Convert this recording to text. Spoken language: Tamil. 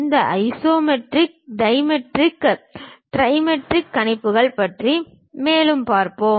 இந்த ஐசோமெட்ரிக் டைமெட்ரிக் ட்ரைமெட்ரிக் கணிப்புகளைப் பற்றி மேலும் பார்ப்போம்